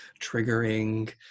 triggering